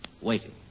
Waiting